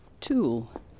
tool